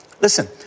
Listen